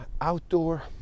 outdoor